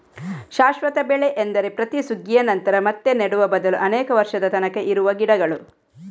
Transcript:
ಶಾಶ್ವತ ಬೆಳೆ ಎಂದರೆ ಪ್ರತಿ ಸುಗ್ಗಿಯ ನಂತರ ಮತ್ತೆ ನೆಡುವ ಬದಲು ಅನೇಕ ವರ್ಷದ ತನಕ ಇರುವ ಗಿಡಗಳು